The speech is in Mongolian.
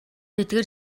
эдгээр